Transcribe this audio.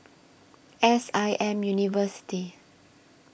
S I M University